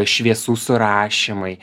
šviesų surašymai